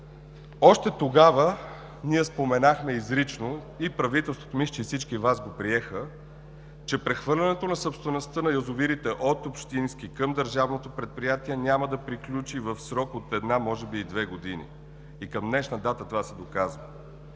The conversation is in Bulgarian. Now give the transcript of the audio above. Още тогава ние споменахме изрично – и правителството, мисля, че и всички Вие го приехте, че прехвърлянето на собствеността на язовирите от общински към държавното предприятие няма да приключи в срок от една, а може би и две години. Към днешна дата това се доказва.